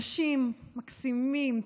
אנשים מקסימים,